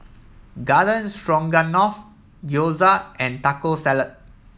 Garden Stroganoff Gyoza and Taco Salad